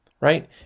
Right